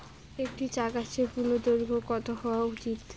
একটি চা গাছের পূর্ণদৈর্ঘ্য কত হওয়া উচিৎ?